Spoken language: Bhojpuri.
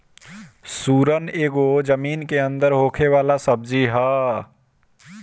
सुरन एगो जमीन के अंदर होखे वाला सब्जी हअ